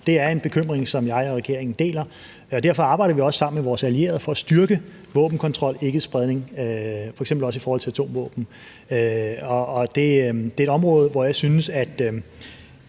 Det er en bekymring, som jeg og regeringen deler. Derfor arbejder vi også sammen med vores allierede for at styrke våbenkontrol, ikkespredning, f.eks. også i forhold til atomvåben. Det er et område, hvor jeg synes at